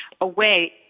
away